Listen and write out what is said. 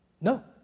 no